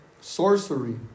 Sorcery